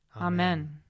Amen